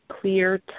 clear